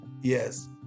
Yes